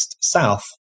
South